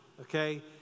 okay